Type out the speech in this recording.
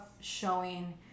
showing